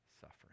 suffering